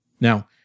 Now